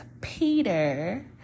Peter